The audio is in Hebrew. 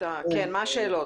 מה השאלות?